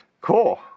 cool